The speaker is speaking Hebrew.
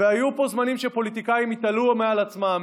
והיו פה זמנים שפוליטיקאים התעלו מעל עצמם,